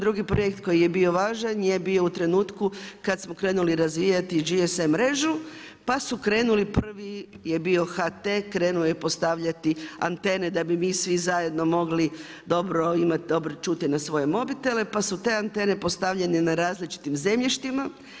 Drugi projekt koji je bio važan je bio u trenutku kad smo krenuli razvijati GSM mrežu, pa su krenuli prvi, je bio HT, krenuo je postavljati antene da bi mi svi zajedno moglo dobro čuti na svoje mobitele, pa su te antene postavljane na različitim zemljištima.